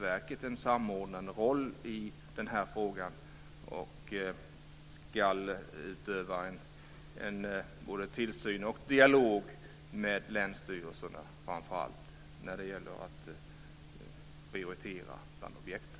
Verket ska utöva tillsyn och föra dialog, framför allt med länsstyrelserna, när det gäller att prioritera bland objekten.